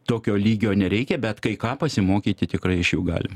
tokio lygio nereikia bet kai ką pasimokyti tikrai iš jų galim